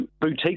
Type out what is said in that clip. boutique